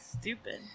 stupid